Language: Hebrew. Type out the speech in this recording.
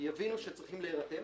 יבינו שצריכים להירתם.